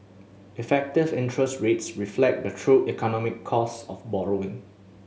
effective interest rates reflect the true economic cost of borrowing